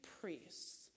priests